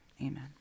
Amen